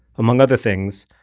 among other things,